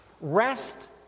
rest